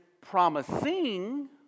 promising